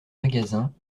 magasins